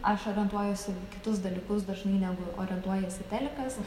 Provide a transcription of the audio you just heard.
aš orientuojuosi į kitus dalykus dažnai negi orientuojasi telikas